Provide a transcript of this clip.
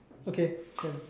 okay can